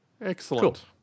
Excellent